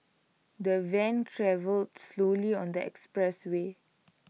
the van travelled slowly on the expressway